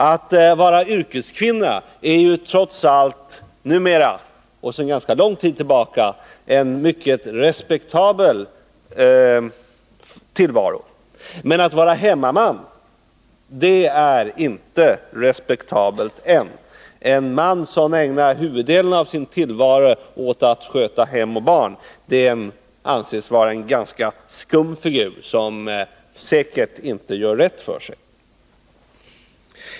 Att vara yrkeskvinna är trots allt numera och sedan ganska lång tid tillbaka en mycket respektabel tillvaro, men att vara hemmaman är inte respektabelt ännu. En man som ägnar huvuddelen av sin tillvaro åt att sköta hem och barn anses vara en ganska skum figur, som säkert inte gör rätt för sig.